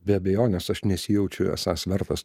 be abejonės aš nesijaučiu esąs vertas